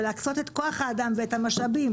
להקצות את כוח האדם ואת המשאבים